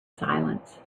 silence